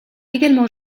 également